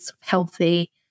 healthy